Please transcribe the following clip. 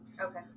Okay